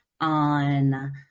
on